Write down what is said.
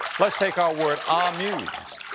let's take our word ah amuse.